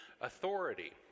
authority